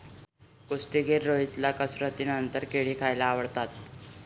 कुस्तीगीर रोहितला कसरतीनंतर केळी खायला आवडतात